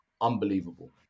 Unbelievable